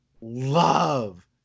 love